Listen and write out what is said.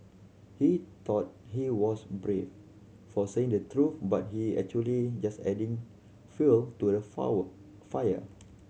he thought he was brave for saying the truth but he actually just adding fuel to the fire